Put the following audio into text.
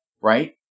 right